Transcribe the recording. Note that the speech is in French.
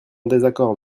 désaccord